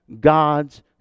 God's